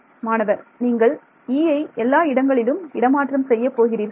மாணவர் நீங்கள் Eஐ எல்லா இடங்களிலும் இடமாற்றம் செய்யப்போகிறீர்களா